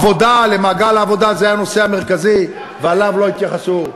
מעגל העבודה היה הנושא המרכזי, ואליו לא התייחסו,